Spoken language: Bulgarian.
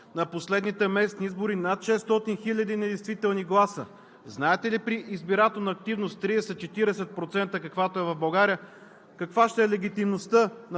на последните местни избори над 600 000 недействителни гласа. Знаете ли при избирателна активност 30 40%, каквато е в България, каква ще е легитимността на